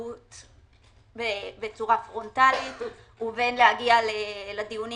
בצורה פרונטלית ובין אם להגיע לדיונים